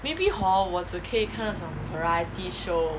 maybe hor 我只可以看那种 variety show